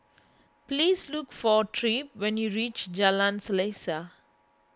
please look for Tripp when you reach Jalan Selaseh